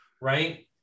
right